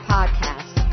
Podcast